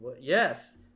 yes